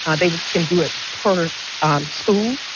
um they can do it per school,